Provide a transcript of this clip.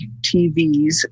TVs